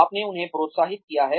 आपने उन्हें प्रोत्साहित किया है